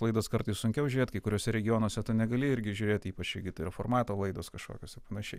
laidas kartais sunkiau žiūrėt kai kuriuose regionuose tu negali irgi žiūrėti ypač jeigu tai yra formato laidos kažkokios ir panašiai